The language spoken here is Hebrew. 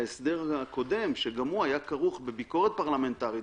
ההסדר הקודם שגם הוא היה כרוך בביקורת פרלמנטרית,